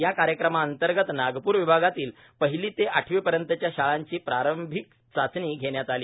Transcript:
या कार्यक्रमांतर्गत नागपूर विभागातील पहिली ते आठवीपर्यंतच्या शाळांची प्रारंभीक चाचणी घेण्यात आली